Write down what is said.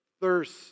thirst